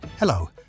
Hello